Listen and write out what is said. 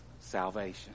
salvation